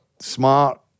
smart